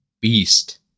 beast